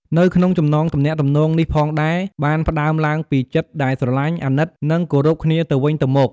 នៅក្នុងចំណងទំនាក់ទំនងនេះផងដែរ បានផ្តើមឡើងពីចិត្តដែលស្រលាញ់ អាណិត និងគោរពគ្នាទៅវិញទៅមក។